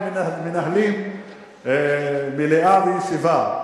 איך מנהלים מדינה ואיך מנהלים מליאה וישיבה.